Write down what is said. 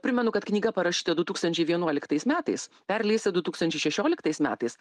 primenu kad knyga parašyta du tūkstančiai vienuoliktais metais perleista du tūkstančiai šešioliktais metais